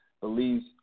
Believes